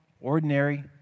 ordinary